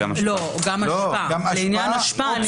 לא, גם לעניין אשפה.